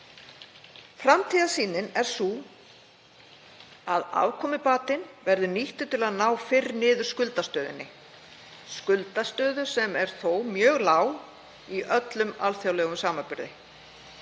Framtíðarsýnin er sú að afkomubatinn verði nýttur til að ná fyrr niður skuldastöðunni, skuldastöðu sem er þó lág fyrir í öllum alþjóðlegum samanburði.